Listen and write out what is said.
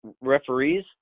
referees